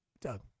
Doug